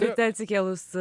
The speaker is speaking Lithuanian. ryte atsikėlus